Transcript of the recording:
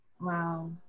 Wow